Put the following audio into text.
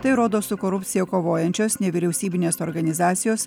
tai rodo su korupcija kovojančios nevyriausybinės organizacijos